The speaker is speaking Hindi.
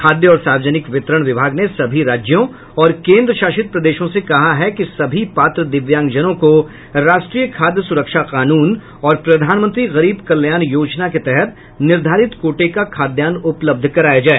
खाद्य और सार्वजनिक वितरण विभाग ने सभी राज्यों और केंद्रशासित प्रदेशों से कहा है कि सभी पात्र दिव्यांगजनों को राष्ट्रीय खाद्य सुरक्षा कानून और प्रधानमंत्री गरीब कल्याण योजना के तहत निर्धारित कोटे का खाद्यान्न उपलब्ध कराया जाए